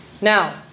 Now